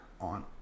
on